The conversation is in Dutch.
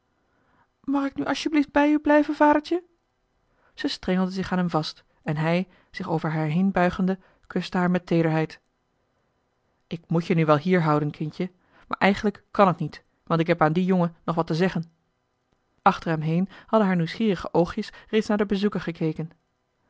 mag ik nu asjeblieft bij u blijven vadertje ze strengelde zich aan hem vast en hij zich over haar heen buigende kuste haar met teederheid ik moet je nu wel hier houden kindje maar eigenlijk kàn het niet want ik heb aan dien jongen nog wat te zeggen achter hem heen hadden haar nieuwsgierige oogjes reeds naar den bezoeker gekeken